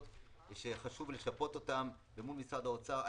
ושחשוב לשפות אותם למול משרד האוצר.